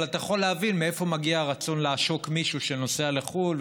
אבל אתה יכול להבין מאיפה מגיע הרצון לעשוק מישהו שנוסע לחו"ל,